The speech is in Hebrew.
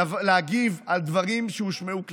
להגיב על דברים שהושמעו כלפיו.